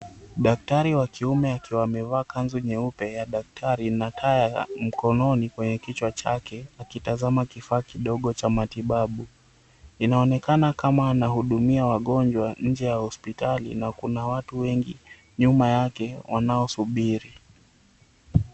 Daktari wa kiume akiwa amevaa kanzu nyeupe ya daktari na taa mkononi kwenye kichwa chake akitazama kifaa kidogo cha matibabu. Inaonekana kama anahudumia wangonjwa nje ya hospitali na kuna watu wengi nyuma yake wanao msubiri.